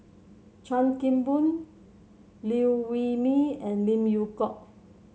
Chan Kim Boon Liew Wee Mee and Lim Yew Hock